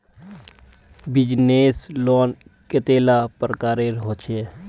Business loan कतेला प्रकारेर होचे?